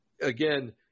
again –